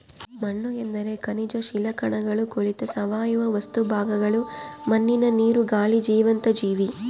ಮಣ್ಣುಎಂದರೆ ಖನಿಜ ಶಿಲಾಕಣಗಳು ಕೊಳೆತ ಸಾವಯವ ವಸ್ತು ಭಾಗಗಳು ಮಣ್ಣಿನ ನೀರು, ಗಾಳಿ ಜೀವಂತ ಜೀವಿ